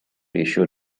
ratio